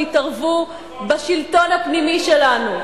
שיתערבו בשלטון הפנימי שלנו,